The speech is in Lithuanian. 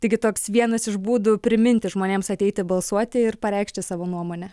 taigi toks vienas iš būdų priminti žmonėms ateiti balsuoti ir pareikšti savo nuomonę